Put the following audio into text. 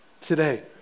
today